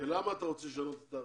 למה אתה רוצה לשנות את התאריך?